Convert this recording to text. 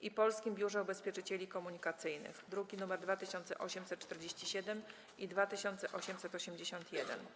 i Polskim Biurze Ubezpieczycieli Komunikacyjnych (druki nr 2847 i 2881)